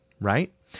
Right